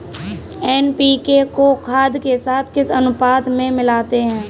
NPK को खाद के साथ किस अनुपात में मिलाते हैं?